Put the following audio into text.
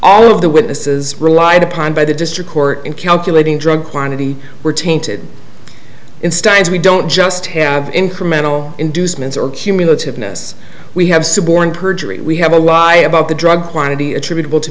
all of the witnesses relied upon by the district court in calculating drug quantity were tainted instance we don't just have incremental inducements or cumulative ness we have suborned perjury we have a lie about the drug quantity attributable to